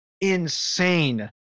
insane